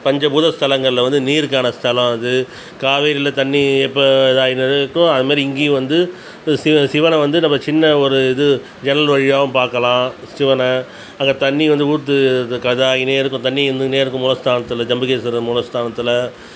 பஞ்ச பூத ஸ்தலங்களில் வந்து நீருக்கான ஸ்தலம் அது காவேரியில தண்ணி எப்போ இது ஆயின்னு இருக்கோ அதுமாரி இங்கேயும் வந்து சிவ சிவனை வந்து சின்ன ஒரு இது ஜன்னல் வழியாகவும் பார்க்கலாம் சிவனை அங்கே தண்ணி வந்து ஊற்று அது ஆயினே இருக்கும் தண்ணி இருந்துக்குனே இருக்கும் மூல ஸ்தானத்தில் ஜம்புகேஸ்வரர் மூல ஸ்தானத்தில்